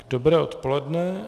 Dobré odpoledne.